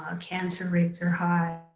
ah cancer rates are high,